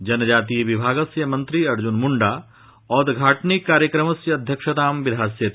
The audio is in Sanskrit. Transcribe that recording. जनजातीय विभागस्य मन्त्री अर्जुनमुण्डा औद्घाटनिक कार्यक्रमस्य अध्यक्षतां विधास्यति